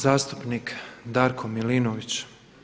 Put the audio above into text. Zastupnik Darko Milinović.